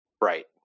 Right